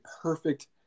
perfect